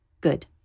good